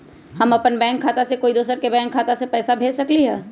हम अपन बैंक खाता से कोई दोसर के बैंक खाता में पैसा कैसे भेज सकली ह?